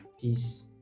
Peace